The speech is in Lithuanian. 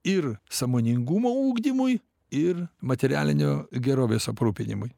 ir sąmoningumo ugdymui ir materialinio gerovės aprūpinimui